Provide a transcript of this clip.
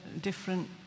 different